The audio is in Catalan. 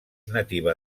nativa